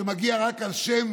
שמגיע רק על שם